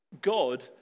God